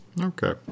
Okay